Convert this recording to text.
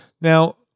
now